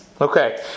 Okay